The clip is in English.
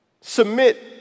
Submit